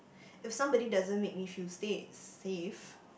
if somebody doesn't make me feel stay safe